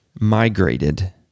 migrated